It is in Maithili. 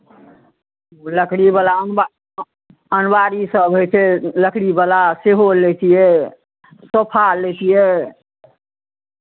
लकड़ीवला अनबा अनबारीसभ होइ छै लकड़ीवला सेहो लैतियै सोफा लैतियै